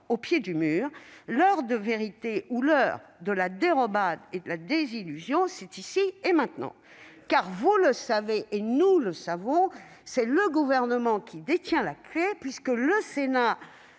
au pied du mur, l'heure de la vérité ou l'heure de la dérobade et de la désillusion, c'est ici et maintenant ! Très bien ! Car vous le savez et nous le savons, c'est le Gouvernement qui détient la clé puisque le Sénat